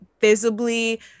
visibly –